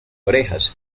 orejas